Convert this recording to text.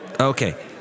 okay